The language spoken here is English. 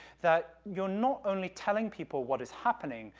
that you're not only telling people what is happening,